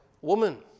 woman